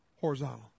horizontal